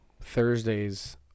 Thursdays